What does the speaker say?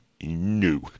No